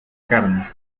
carne